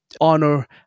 honor